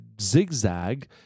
zigzag